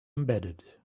embedded